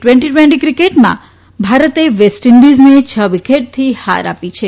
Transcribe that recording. twenty twenty ક્રિકેટમાં ભારતે વેસ્ટઇન્ડીઝને છ વિકેટથી હાર આપી છે